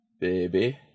baby